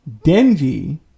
denji